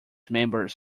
members